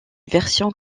version